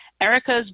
Erica's